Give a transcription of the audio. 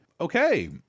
Okay